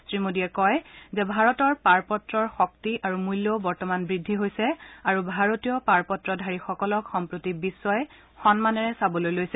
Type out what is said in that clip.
শ্ৰীমোডীয়ে কয় যে ভাৰতৰ পাৰপত্ৰৰ শক্তি আৰু মল্যও বৰ্তমান বৃদ্ধি হৈছে আৰু ভাৰতীয় পাৰপত্ৰধাৰীসকলক সম্প্ৰতি বিশ্বই সন্মানেৰে চাবলৈ লৈছে